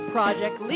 Project